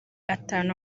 atanu